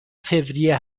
فوریه